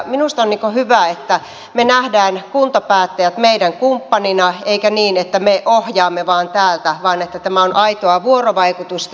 minusta on hyvä että me näemme kuntapäättäjät meidän kumppaneina eikä niin että me ohjaamme vain täältä vaan että tämä on aitoa vuorovaikutusta